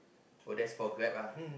oh that's for Grab ah